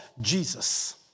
Jesus